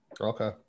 Okay